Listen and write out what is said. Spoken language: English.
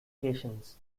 cations